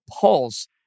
Pulse